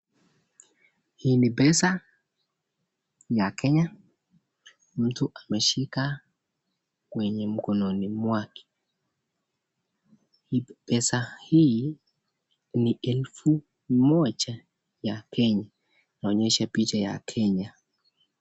Hii ni pesa ya Kenya, mtu ameshika kwenye mkononi mwake. pesa hii ni elfu moja ya Kenya inaonyesha picha ya Kenya.